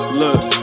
look